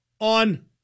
on